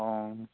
অঁ